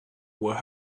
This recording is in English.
were